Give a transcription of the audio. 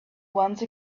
once